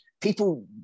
people